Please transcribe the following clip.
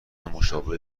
مشابه